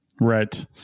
Right